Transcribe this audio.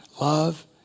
Love